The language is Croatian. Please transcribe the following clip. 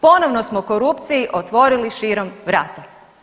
Ponovno smo korupciji otvorili širom vrata.